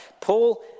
Paul